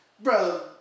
Bro